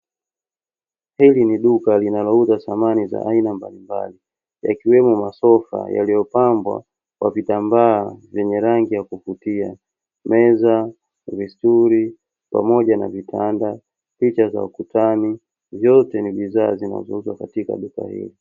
Hili ni duka linalouza samani za aina mbalimbali, ikiwemo: masofa yaliyopambwa kwa kitambaa yenye rangi ya kuvutia, meza, stuli pamoja na vitanda, picha za ukutani. Vyote ni bidhaa zinazouzwa katika duka hili.